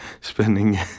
spending